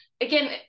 again